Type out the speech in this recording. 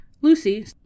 Lucy